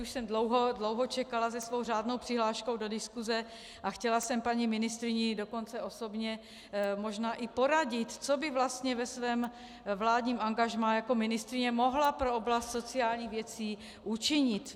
Už jsem dlouho čekala se svou řádnou přihláškou do diskuze a chtěla jsem paní ministryně dokonce osobně možná i poradit, co by vlastně ve svém vládním angažmá jako ministryně mohla pro oblast sociálních věcí učinit.